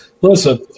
listen